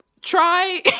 Try